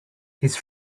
his